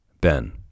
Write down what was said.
Ben